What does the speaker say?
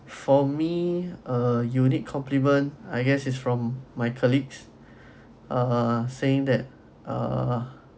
for me a unique compliment I guess is from my colleagues uh saying that uh